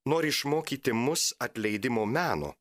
nori išmokyti mus atleidimo meno